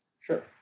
Sure